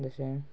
तशें